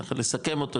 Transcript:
ככה לסכם אותו,